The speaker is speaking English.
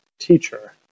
Teacher